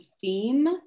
theme